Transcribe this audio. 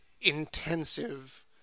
intensive